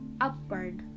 upward